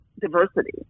diversity